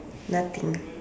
nothing